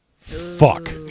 Fuck